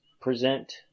present